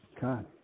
God